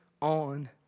on